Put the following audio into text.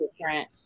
different